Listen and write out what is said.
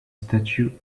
statue